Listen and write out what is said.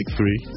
three